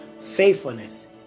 faithfulness